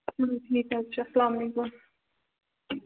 چلو ٹھیٖک حظ چھُ اَسلامُ علیکُم